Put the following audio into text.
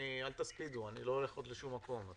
אל תספידו, אני עוד לא הולך לשום מקום.